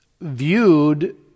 viewed